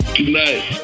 tonight